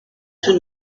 تون